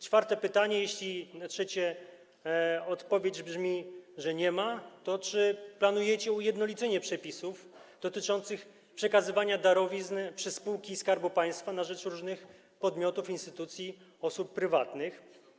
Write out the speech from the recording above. Czwarte pytanie: Jeśli na trzecie odpowiedź brzmi, że nie ma, to czy planujecie ujednolicenie przepisów dotyczących przekazywania darowizn przez spółki Skarbu Państwa na rzecz różnych podmiotów i instytucji, osób prywatnych?